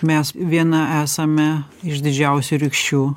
mes viena esame iš didžiausių rykščių